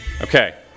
Okay